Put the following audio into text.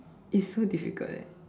it's so difficult leh